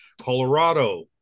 Colorado